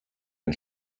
ein